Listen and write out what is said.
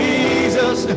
Jesus